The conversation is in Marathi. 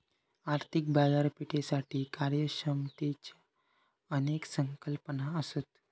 आर्थिक बाजारपेठेसाठी कार्यक्षमतेच्यो अनेक संकल्पना असत